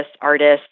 artists